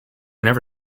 never